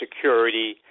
security